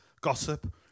gossip